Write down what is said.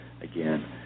again